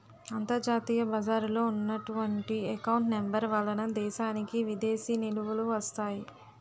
అంతర్జాతీయ బజారులో ఉన్నటువంటి ఎకౌంట్ నెంబర్ వలన దేశానికి విదేశీ నిలువలు వస్తాయి